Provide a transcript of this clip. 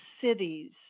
cities